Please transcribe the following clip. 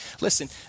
Listen